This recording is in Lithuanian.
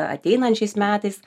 ateinančiais metais